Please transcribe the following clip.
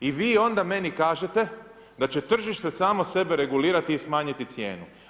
I vi onda meni kažete da će tržište samo sebe regulirati i smanjiti cijenu.